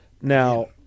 Now